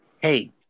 hey